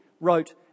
wrote